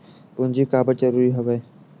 पूंजी काबर जरूरी हवय?